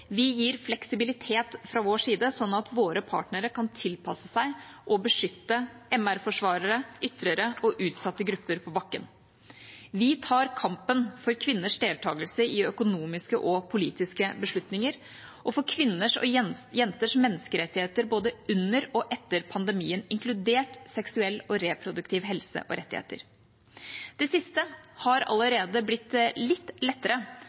Vi gir fleksibilitet fra vår side, slik at våre partnere kan tilpasse seg og beskytte MR-forsvarere, ytrere og utsatte grupper på bakken. Vi tar kampen internasjonalt for kvinners deltakelse i økonomiske og politiske beslutninger og for kvinners og jenters menneskerettigheter både under og etter pandemien, inkludert seksuell og reproduktiv helse og rettigheter. Det siste har allerede blitt litt lettere